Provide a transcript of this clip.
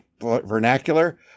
vernacular